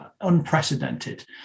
unprecedented